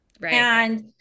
Right